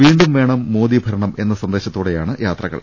വീണ്ടും വേണം മോദി ഭരണം എന്ന സന്ദേശത്തോടെയാണ് യാത്രകൾ